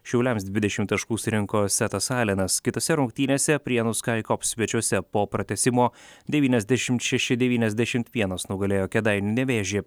šiauliams dvidešimt taškų surinko setas alenas kitose rungtynėse prienų skaikop svečiuose po pratęsimo devyniasdešimt šeši devyniasdešimt vienas nugalėjo kėdainių nevėžį